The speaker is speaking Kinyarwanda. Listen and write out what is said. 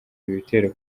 ibitero